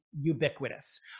ubiquitous